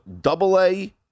double-A